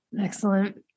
Excellent